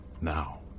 Now